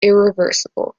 irreversible